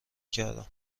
کردم